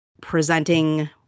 presenting